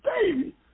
baby